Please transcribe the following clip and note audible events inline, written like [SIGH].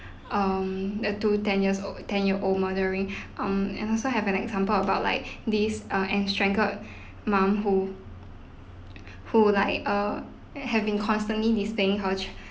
um the two ten years old ten year old murdering [BREATH] um and also have an example about like these uh enstrangled estranged mum who who like uh have been constantly disdaining her